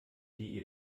die